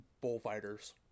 bullfighters